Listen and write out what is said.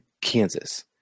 Kansas